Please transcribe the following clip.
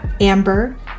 amber